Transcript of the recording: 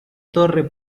torre